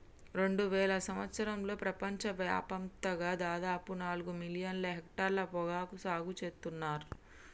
రెండువేల సంవత్సరంలో ప్రపంచ వ్యాప్తంగా దాదాపు నాలుగు మిలియన్ల హెక్టర్ల పొగాకు సాగు సేత్తున్నర్